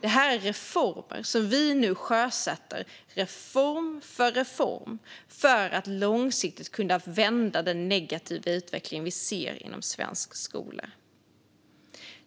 Det är reformer som vi nu sjösätter - reform för reform - för att långsiktigt kunna vända den negativa utveckling som vi ser inom svensk skola.